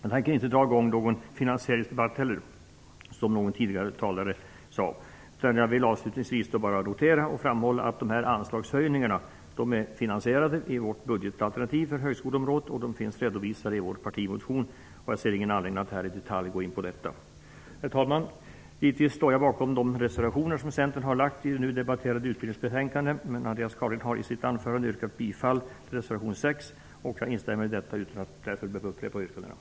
I likhet med vad någon här tidigare sade tänker inte heller jag dra i gång en finansdebatt. Avslutningsvis vill jag bara framhålla att de här anslagshöjningarna är finansierade i vårt budgetalternativ för högskoleområdet. De finns redovisade i vår partimotion. Jag ser ingen anledning att i detalj gå in på den saken. Herr talman! Givetvis står jag bakom de reservationer som Centern har i det betänkande från utbildningsutskottet som vi nu debatterar. Andreas Carlgren har i sitt anförande yrkat bifall till reservation 6. Jag instämmer däri och behöver därför inte upprepa yrkandena.